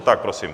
Tak prosím.